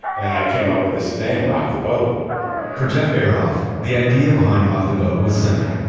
and i came up with this name, rock the vote for jeff eroff, the idea behind rock the vote was simple,